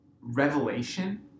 revelation